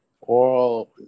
oral